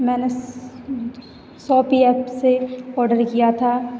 मैंने Sofi app से order किया था